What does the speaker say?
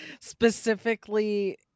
specifically